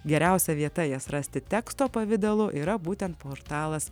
geriausia vieta jas rasti teksto pavidalu yra būtent portalas